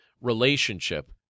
relationship